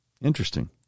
Interesting